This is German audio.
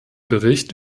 bericht